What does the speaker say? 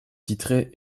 titré